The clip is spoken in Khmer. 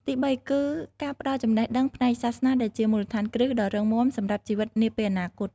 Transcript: ទី៣ គឺការផ្ដល់ចំណេះដឹងផ្នែកសាសនាដែលជាមូលដ្ឋានគ្រឹះដ៏រឹងមាំសម្រាប់ជីវិតនាពេលអនាគត។